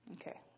Okay